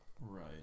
Right